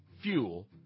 fuel